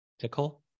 tickle